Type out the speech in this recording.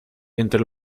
entre